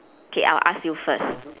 okay I'll ask you first